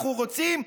אנחנו רוצים?